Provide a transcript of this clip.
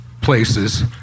places